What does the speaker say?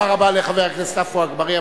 תודה רבה לחבר הכנסת עפו אגבאריה.